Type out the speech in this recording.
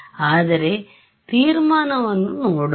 ಆದರೆ ತೀರ್ಮಾನವನ್ನು ನೋಡೋಣ